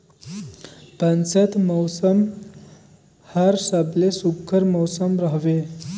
बंसत मउसम हर सबले सुग्घर मउसम हवे